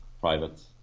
private